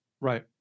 Right